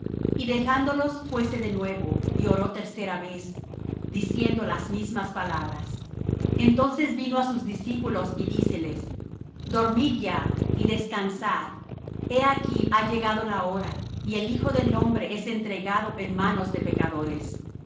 y dejándolos fuése de nuevo y oró tercera vez diciendo las mismas palabras entonces vino á sus discípulos y díceles dormid ya y descansad he aquí ha llegado la hora y el hijo del hombre es entregado en manos de pecadores